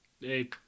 Hey